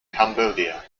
cambodia